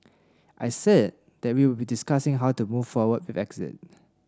I said that we would be discussing how to move forward with exit